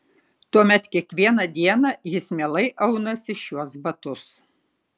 tuomet kiekvieną dieną jis mielai aunasi šiuos batus